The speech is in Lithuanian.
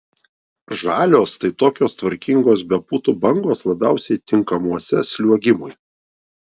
žalios tai tokios tvarkingos be putų bangos labiausiai tinkamuose sliuogimui